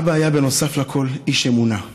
אבא היה נוסף לכול איש אמונה.